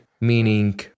Meaning